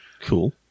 Cool